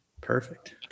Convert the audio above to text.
Perfect